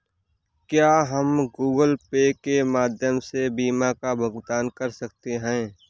क्या हम Google pay के माध्यम से बीमा का भुगतान कर सकते हैं?